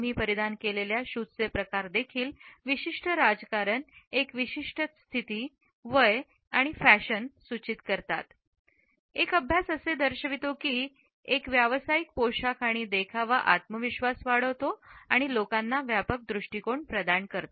आम्ही परिधान केलेल्या शूजचे प्रकार देखील विशिष्ट राजकारण एक विशिष्ट स्थिती तसेच वय आणि फॅशन अर्थ सूचित करतात एक अभ्यास असे दर्शवितो की एक व्यावसायिक पोशाख आणि देखावा आत्मविश्वास वाढवते आणि लोकांना व्यापक दृष्टीकोन प्रदान करते